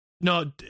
No